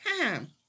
time